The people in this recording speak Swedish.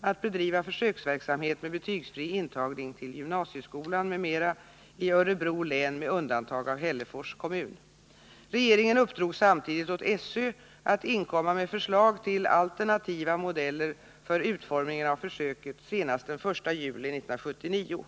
att bedriva försöksverksamhet med betygsfri intagning till gymnasieskolan m.m. i Örebro län med undantag av Hällefors kommun. Regeringen uppdrog samtidigt åt SÖ att inkomma med förslag till alternativa modeller för utformningen av försöket senast den 1 juli 1979.